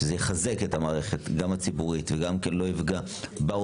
שזה יחזק את המערכת גם הציבורית וגם כן לא יפגע ברופאים,